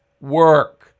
work